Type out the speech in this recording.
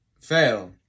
fail